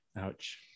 Ouch